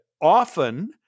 often